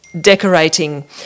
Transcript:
decorating